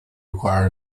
require